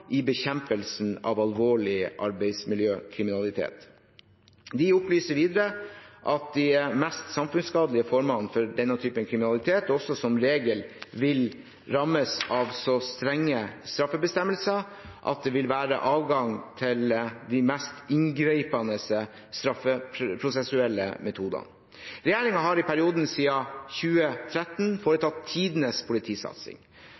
i bekjempelsen av alvorlig arbeidsmiljøkriminalitet. De opplyser videre at de mest samfunnsskadelige formene for denne typen kriminalitet som regel vil rammes av så strenge straffebestemmelser at det vil være adgang til de mest inngripende straffeprosessuelle metodene. Regjeringen har i perioden siden 2013 foretatt tidenes politisatsing